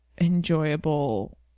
enjoyable